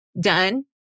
done